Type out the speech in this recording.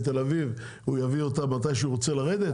ובתל אביב הוא יביא אותה מתי שהוא רוצה לרדת?